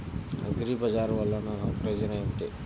అగ్రిబజార్ వల్లన ప్రయోజనం ఏమిటీ?